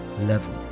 level